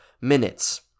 minutes